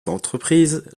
entreprises